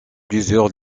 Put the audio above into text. plusieurs